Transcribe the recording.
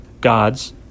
God's